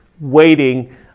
waiting